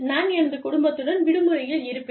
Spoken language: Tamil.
நான் எனது குடும்பத்துடன் விடுமுறையில் இருப்பேன்